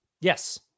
Yes